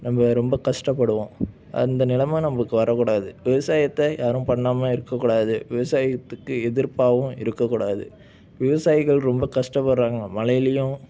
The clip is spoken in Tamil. நம்ம ரொம்ப கஷ்டப்படுவோம் அந்த நிலம நம்மளுக்கு வரக்கூடாது விவசாயத்தை யாரும் பண்ணாமல் இருக்கக்கூடாது விவசாயத்துக்கு எதிர்ப்பாவும் இருக்க கூடாது விவசாயிகள் ரொம்ப கஷ்டப்படுறாங்க மழையிலேயும்